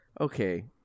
okay